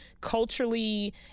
culturally